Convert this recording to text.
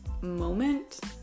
moment